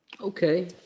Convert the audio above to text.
Okay